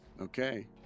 Okay